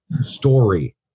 story